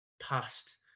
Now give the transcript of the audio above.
past